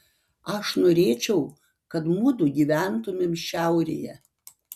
aš norėčiau kad mudu gyventumėm šiaurėje